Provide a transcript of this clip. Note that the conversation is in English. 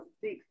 six